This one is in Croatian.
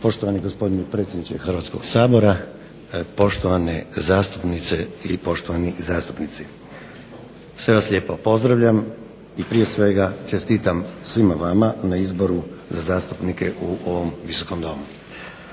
Poštovani gospodine predsjedniče Hrvatskog sabora, poštovane zastupnice i poštovani zastupnici. Sve vas lijepo pozdravljam i prije svega čestitam svima vama na izboru za zastupnike u ovom Visokom domu.